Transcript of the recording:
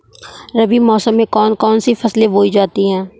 रबी मौसम में कौन कौन सी फसलें बोई जाती हैं?